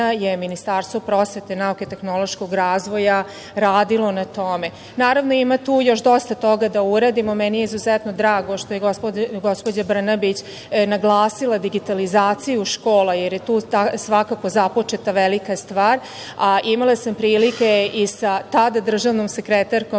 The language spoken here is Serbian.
je Ministarstvo prosvete, nauke i tehnološkog razvoja radilo na tome. Naravno, ima tu još dosta toga da uradimo. Meni je izuzetno drago što je gospođa Brnabić naglasila digitalizaciju škola, jer je tu svakako započeta velika stvar, a imala sam prilike i sa tada državnom sekretarkom,